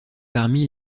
parmi